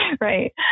Right